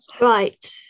right